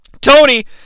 Tony